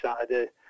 Saturday